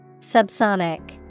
Subsonic